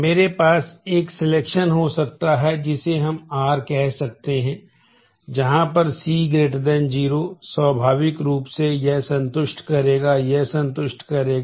मेरे पास एक सिलेक्शन का परिणाम होगा